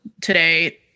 today